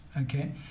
okay